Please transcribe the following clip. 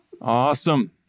Awesome